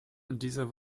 dieser